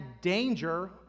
danger